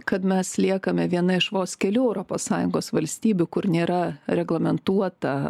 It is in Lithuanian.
kad mes liekame viena iš vos kelių europos sąjungos valstybių kur nėra reglamentuota